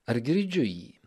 ar girdžiu jį